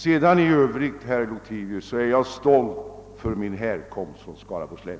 För övrigt, herr Lothigius, är jag stolt över min härkomst från Skaraborgs län.